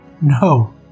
No